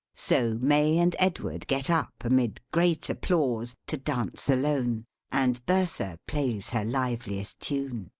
so, may and edward get up, amid great applause, to dance alone and bertha plays her liveliest tune.